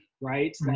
right